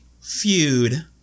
feud